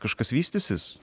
kažkas vystysis